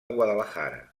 guadalajara